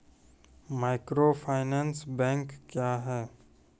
Microfinance bank क्या हैं?